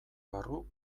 barru